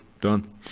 Done